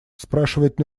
спрашивать